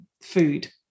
food